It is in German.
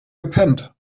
gepennt